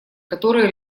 которые